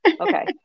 Okay